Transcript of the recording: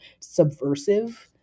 subversive